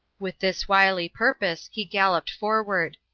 with this wily purpose, he galloped forward.